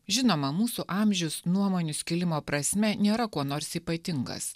žinoma mūsų amžius nuomonių skilimo prasme nėra kuo nors ypatingas